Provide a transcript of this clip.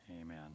Amen